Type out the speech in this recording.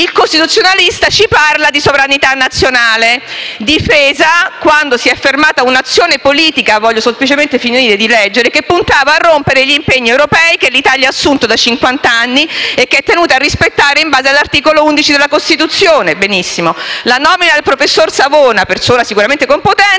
Il costituzionalista ci parla di sovranità nazionale difesa, quando si è fermata «un'azione politica» - voglio semplicemente finire di leggere - «che puntava a rompere gli impegni europei, che l'Italia ha assunto da cinquant'anni e che è tenuta a rispettare in base all'articolo 11 della Costituzione» - Benissimo! - «La nomina del professor Savona, persona sicuramente competente